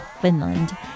Finland